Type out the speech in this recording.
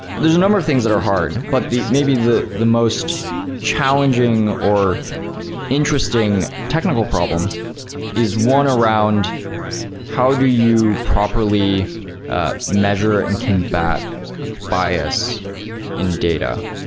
there's a number of things that are hard. but maybe the the most challenging, or interesting technical problem is one around how do you properly measure and combat bias in data?